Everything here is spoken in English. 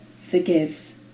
forgive